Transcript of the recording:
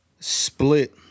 split